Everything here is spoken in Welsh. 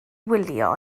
wylio